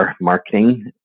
marketing